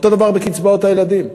אותו דבר בקצבאות הילדים.